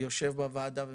יושב בוועדה ומציג.